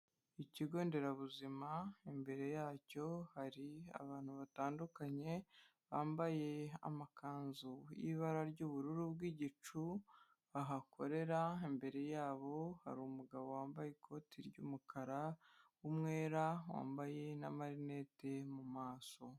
Ikigo nderabuzima, imbere yacyo hari abantu batandukanye, bambaye amakanzu y'ibara ry'ubururu bw'igicu bahakorera, imbere yabo hari umugabo wambaye ikote ry'umukara w'umwera wambaye n'amarinete mu maso.